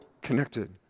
connected